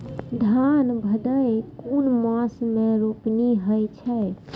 धान भदेय कुन मास में रोपनी होय छै?